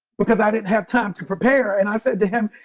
because i didn't have time to prepare. and i said to him